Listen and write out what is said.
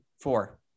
four